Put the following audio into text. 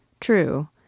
True